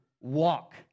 walk